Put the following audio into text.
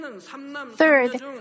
Third